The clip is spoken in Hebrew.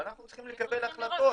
ואנחנו צריכים לקבל החלטות.